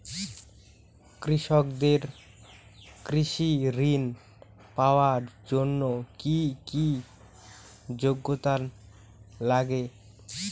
কৃষকদের কৃষি ঋণ পাওয়ার জন্য কী কী যোগ্যতা লাগে?